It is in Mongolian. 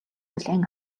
хүлээн